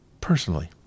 Personally